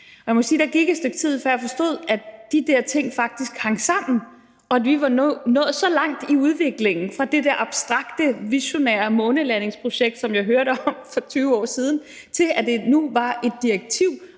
Jeg må sige, at der gik et stykke tid, før jeg forstod, at de der ting faktisk hang sammen, og at vi var nået så langt i udviklingen fra det der abstrakte visionære månelandingsprojekt, som jeg hørte om for 20 år siden, til at det nu var et direktiv